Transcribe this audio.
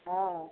हँ